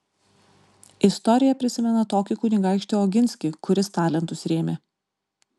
istorija prisimena tokį kunigaikštį oginskį kuris talentus rėmė